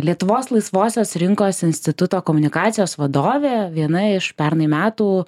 lietuvos laisvosios rinkos instituto komunikacijos vadovė viena iš pernai metų